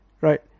right